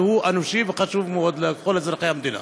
שהוא אנושי וחשוב מאוד לכל אזרחי המדינה.